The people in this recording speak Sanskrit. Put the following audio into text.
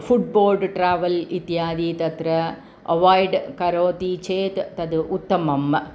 फ़ुट् बोर्ड् ट्रावेल् इत्यादि तत्र अवैड् करोति चेत् तद् उत्तमम्